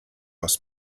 aus